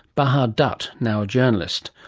bahar dutt, now a journalist,